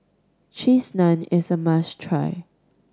Cheese Naan is a try